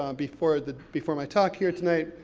um before the, before my talk here tonight,